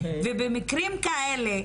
ובמקרים כאלה,